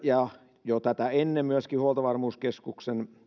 ja jo tätä ennen huoltovarmuuskeskuksen